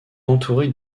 entourés